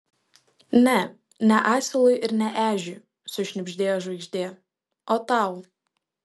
ne ne asilui ir ne ežiui sušnibždėjo žvaigždė o tau